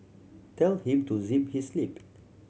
tell him to zip his lip